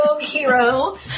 hero